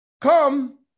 come